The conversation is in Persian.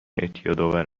اعتیادآور